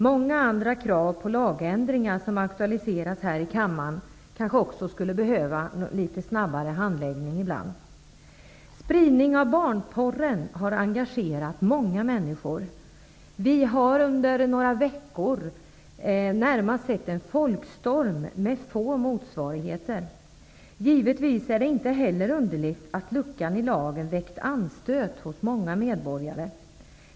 Många andra krav på lagändringar som aktualiseras här i kammaren kanske också skulle behöva litet snabbare handläggning. Spridning av barnporr har engagerat många människor. Vi har under några veckor närmast sett en folkstorm med få motsvarigheter. Givetvis är det inte heller underligt att luckan i lagen väckt anstöt hos många medborgare.